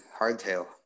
hardtail